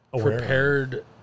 prepared